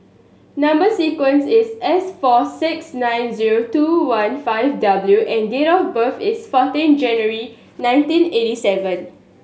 number sequence is S four six nine zero two one five W and date of birth is fourteen January nineteen eighty seven